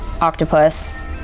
octopus